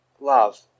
Love